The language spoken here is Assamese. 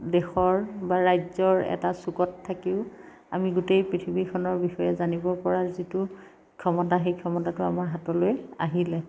দেশৰ বা ৰাজ্য়ৰ এটা চুকত থাকিও আমি গোটেই পৃথিৱীখনৰ বিষয়ে জানিব পৰা যিটো ক্ষমতা সেই ক্ষমতাটো আমাৰ হাতলৈ আহিলে